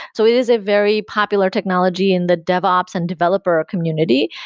so it is a very popular technology in the dev ops and developer community,